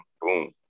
boom